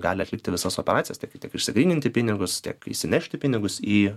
gali atlikti visas operacijas tiek tiek išsigryninti pinigus tiek įsinešti pinigus į